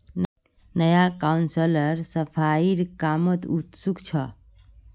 नया काउंसलर सफाईर कामत उत्सुक छ